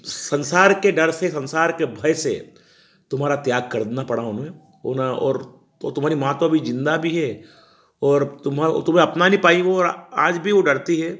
संसार के डर से संसार से भय से तुम्हारा त्याग करना पड़ा उन्हें उन्हें और तो तुम्हारी माँ तो अभी जिन्दा भी है और तुम्हें तुम्हें अपना नहीं पाई वह आज भी वह डरती है